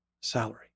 salary